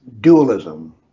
dualism